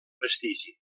prestigi